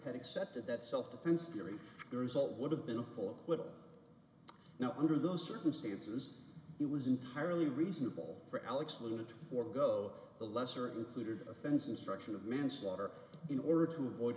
had accepted that self defense theory the result would have been a full acquittal now under those circumstances it was entirely reasonable for alex little to forego the lesser included offense instruction of manslaughter in order to avoid